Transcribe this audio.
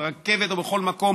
ברכבת או בכל מקום,